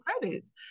credits